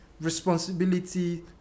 responsibility